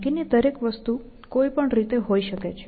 બાકીની દરેક વસ્તુ કોઈ પણ રીતે હોઈ શકે છે